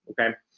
okay